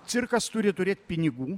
cirkas turi turėt pinigų